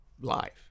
life